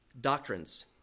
doctrines